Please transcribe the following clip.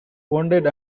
wounded